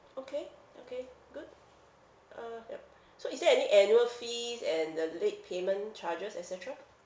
okay okay good uh yup so is there any annual fees and the late payment charges et cetera